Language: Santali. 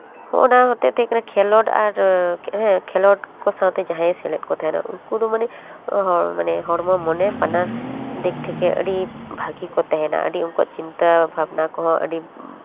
ᱚᱱᱟ ᱦᱚᱛᱮᱜ ᱛᱮ ᱠᱷᱮᱞᱳᱰ ᱟᱨ ᱦᱮᱸ ᱠᱷᱮᱞᱳᱰ ᱠᱚ ᱥᱟᱶᱛᱮ ᱡᱟᱦᱟᱸᱭᱮ ᱥᱮᱞᱮᱫ ᱠᱚ ᱛᱟᱦᱮᱱᱟ ᱩᱱᱠᱩ ᱫᱚ ᱢᱟᱱᱮ ᱦᱚᱲᱢᱚ ᱢᱚᱱᱮ ᱵᱟᱱᱟᱨ ᱫᱤᱠ ᱛᱷᱮᱠᱮ ᱟᱹᱰᱤ ᱵᱷᱟᱹᱜᱤ ᱠᱚ ᱛᱟᱦᱮᱱᱟ ᱟᱹᱰᱤ ᱩᱱᱠᱩᱣᱟᱜ ᱪᱤᱱᱛᱟᱹ ᱵᱷᱟᱵᱽᱱᱟ ᱠᱚᱦᱚᱸ ᱟᱹᱰᱤ